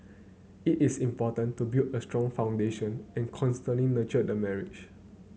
it is important to build a strong foundation and constantly nurture the marriage